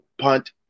punt